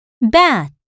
bat